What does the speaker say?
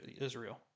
Israel